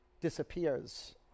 disappears